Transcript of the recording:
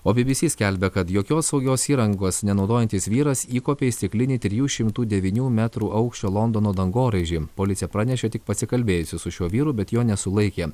o bbc skelbia kad jokios saugios įrangos nenaudojantis vyras įkopė į stiklinį trijų šimtų devynių metrų aukščio londono dangoraižį policija pranešė tik pasikalbėjusi su šiuo vyru bet jo nesulaikė